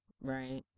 Right